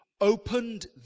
opened